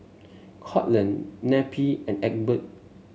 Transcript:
Courtland Neppie and Egbert